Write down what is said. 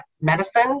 medicine